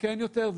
זקן יותר,